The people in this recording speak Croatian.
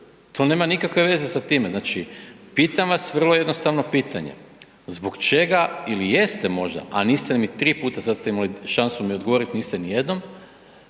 To nema nikakve veze sa time. Znači, pitam vas vrlo jednostavno pitanje. Zbog čega ili jeste možda, a niste mi 3 puta, sad ste imali šansu mi odgovoriti, niste ni jednom,